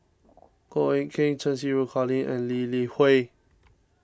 Goh Eck Kheng Cheng Xinru Colin and Lee Li Hui